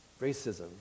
Racism